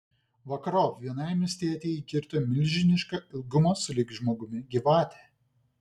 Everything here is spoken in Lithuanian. vakarop vienai miestietei įkirto milžiniška ilgumo sulig žmogumi gyvatė